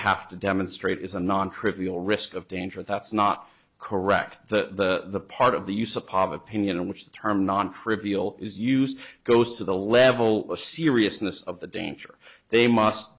have to demonstrate is a non trivial risk of danger that's not correct the part of the use of pov opinion in which the term non trivial is used goes to the level of seriousness of the danger they must